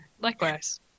likewise